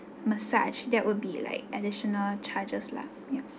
massage that would be like additional charges lah